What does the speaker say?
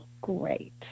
great